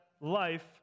life